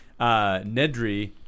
Nedry